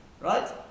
right